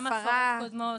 גם הפרות קודמות,